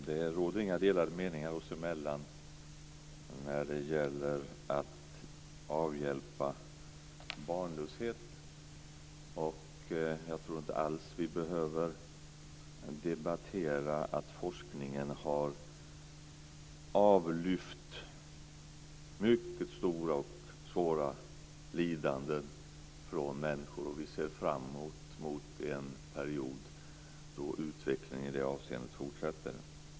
Det råder inga delade meningar oss emellan när det gäller att avhjälpa barnlöshet, och jag tror inte alls att vi behöver debattera att forskningen har avlyft mycket stora och svåra lidanden från människor, och vi ser fram emot en period då utvecklingen i det avseendet fortsätter.